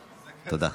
תודה.